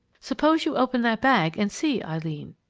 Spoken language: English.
suppose you open that bag and see, eileen!